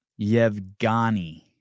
Yevgani